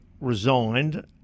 resigned